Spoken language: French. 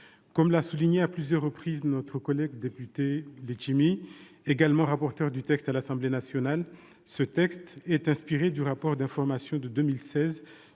Comme l'a souligné à plusieurs reprises notre collègue député Serge Letchimy, également rapporteur du texte à l'Assemblée nationale, cette proposition de loi est inspirée du rapport d'information de 2016